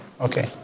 okay